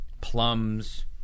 plums